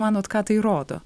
manot ką tai rodo